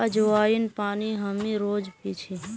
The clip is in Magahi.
अज्वाइन पानी हामी रोज़ पी छी